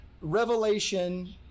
Revelation